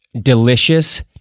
Delicious